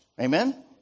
Amen